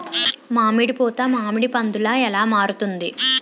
మామిడి పూత మామిడి పందుల ఎలా మారుతుంది?